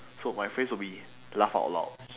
so my phrase would be laugh out loud